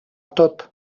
tot